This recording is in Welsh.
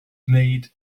gwneud